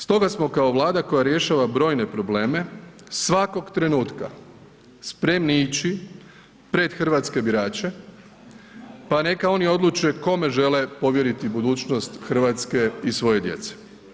Stoga smo kao Vlada koja rješava brojne probleme, svakog trenutka spremni ići pred hrvatske birače pa neka oni odluče kome žele povjeriti budućnost Hrvatske i svoje djece.